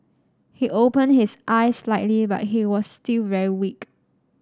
he opened his eyes slightly but he was still very weak